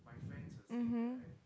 mmhmm